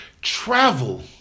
travel